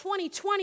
2020